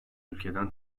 ülkeden